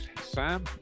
Sam